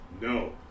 no